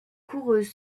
coureuse